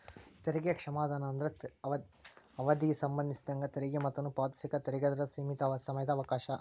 ತೆರಿಗೆ ಕ್ಷಮಾದಾನ ಅಂದ್ರ ಅವಧಿಗೆ ಸಂಬಂಧಿಸಿದಂಗ ತೆರಿಗೆ ಮೊತ್ತವನ್ನ ಪಾವತಿಸಕ ತೆರಿಗೆದಾರರ ಸೇಮಿತ ಸಮಯದ ಅವಕಾಶ